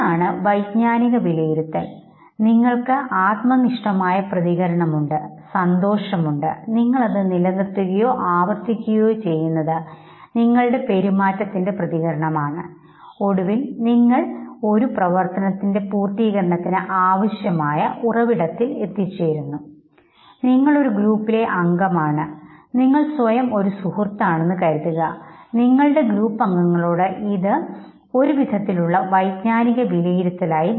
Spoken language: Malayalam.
ഇതാണ് വൈജ്ഞാനിക വിലയിരുത്തൽ നിങ്ങൾക്ക് ആത്മനിഷ്ഠമായ പ്രതികരണമുണ്ട് സന്തോഷമുണ്ട് നിങ്ങൾ അത് നിലനിർത്തുകയോ ആവർത്തിക്കുകയോ ചെയ്യുന്നത് നിങ്ങളുടെ പെരുമാറ്റ പ്രതികരണമാണ് ഒടുവിൽ നിങ്ങൾ അവൾ ഒരു പ്രവർത്തനത്തിന് പൂർത്തീകരണത്തിന് ആവശ്യമായ ഉറവിടത്തിൽ എത്തിച്ചേരുന്നു നിങ്ങൾ ഒരു ഗ്രൂപ്പിലെ അംഗമാണ് നിങ്ങൾ സ്വയം ഒരു സുഹൃത്താണെന്ന് കരുതുക നിങ്ങളുടെ ഗ്രൂപ്പ് അംഗങ്ങളോട് ഇത് ഒരു വിധത്തിൽ ഉള്ള വൈജ്ഞാനിക വിലയിരുത്തലാണ്